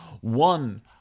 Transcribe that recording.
one